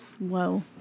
Whoa